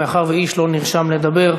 מאחר שאיש לא נרשם לדבר,